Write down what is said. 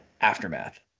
aftermath